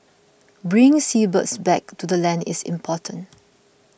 bringing seabirds back to the land is important